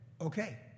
Okay